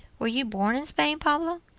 were you born in spain, pablo?